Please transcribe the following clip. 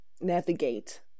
navigate